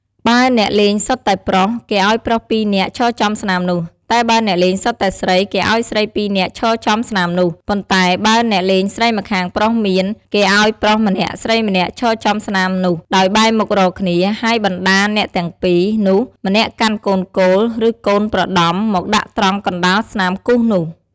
បើអ្នករលេងសុទ្ធតែប្រុស គេឲ្យប្រុស ២ នាក់ ឈរចំស្នាមនោះ តែបើអ្នកលេងសុទ្ធតែស្រី គេឲ្យស្រី ២ នាក់ឈរចំស្លាមនោះ ប៉ន្តែបើអ្នកលេងស្រីម្ខាងប្រុសមាន គេឲ្យប្រុសម្នាក់ស្រីម្នាក់ឈរចំស្នាមនោះ ដោយបែរមុខរកគ្នា ហើយបណ្តាអ្នកទាំង ២ នោះ ម្នាក់កាន់កូនគោល ឬកូនប្រដំមកដាក់ត្រង់កណ្តាលស្នាមគូសនោះ។